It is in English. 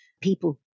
people